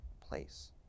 place